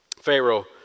Pharaoh